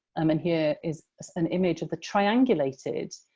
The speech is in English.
um and here is an image of the triangulated.